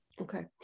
Okay